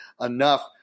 enough